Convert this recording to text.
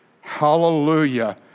Hallelujah